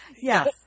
Yes